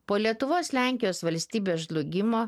po lietuvos lenkijos valstybės žlugimo